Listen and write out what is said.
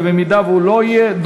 ואם הוא לא יהיה,